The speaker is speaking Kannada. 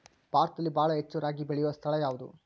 ಭಾರತದಲ್ಲಿ ಬಹಳ ಹೆಚ್ಚು ರಾಗಿ ಬೆಳೆಯೋ ಸ್ಥಳ ಯಾವುದು?